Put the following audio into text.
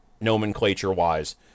nomenclature-wise